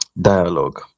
dialogue